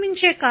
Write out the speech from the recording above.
33 1